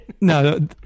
No